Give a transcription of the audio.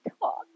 talk